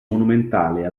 monumentale